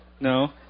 No